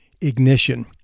ignition